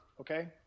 okay